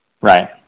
Right